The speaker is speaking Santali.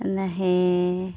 ᱢᱮᱱᱫᱟ ᱦᱮᱸ